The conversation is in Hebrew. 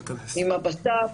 עם הבט"פ,